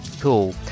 cool